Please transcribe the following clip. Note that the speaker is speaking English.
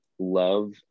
love